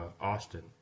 Austin